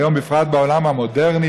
היום,